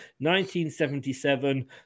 1977